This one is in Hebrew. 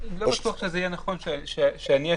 לא בטוח שזה יהיה נכון שאני אשיב.